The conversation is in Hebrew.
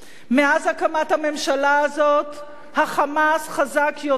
מאז הקמת הממשלה הזאת ה"חמאס" חזק יותר,